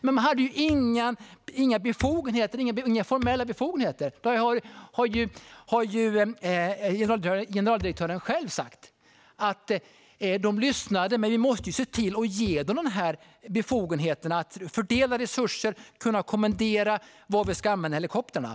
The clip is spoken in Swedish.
Men de hade ju inga formella befogenheter, som generaldirektören själv har sagt. De lyssnade, men vi måste ju se till att ge dem befogenheter att fördela resurser och fatta beslut om var vi ska använda helikoptrarna.